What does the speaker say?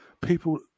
people